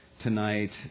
tonight